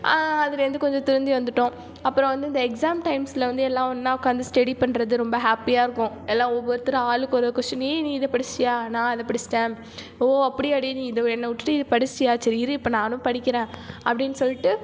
அதிலேருந்து கொஞ்சம் திருந்தி வந்துவிட்டோம் அப்புறம் வந்து இந்த எக்ஸாம் டைம்ஸில் வந்து எல்லாம் ஒன்றா உக்காந்து ஸ்டடி பண்ணுறது ரொம்ப ஹேப்பியாக இருக்கும் எல்லாம் ஒவ்வொருத்தராக ஆளுக்கு ஒரு கொஸ்ட்டின் நீ நீ இதை படித்திட்டியா நான் அதை படித்துட்டேன் ஓ அப்படியா டி நீ இதை என்னை விட்டுட்டு இது படித்திட்டியா சரி இரு இப்போ நானும் படிக்கிறேன் அப்படினு சொல்லிட்டு